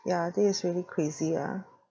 ya this is really crazy ah